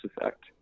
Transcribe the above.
effect